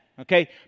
okay